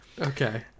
okay